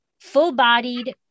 full-bodied